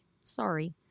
sorry